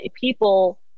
people